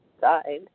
died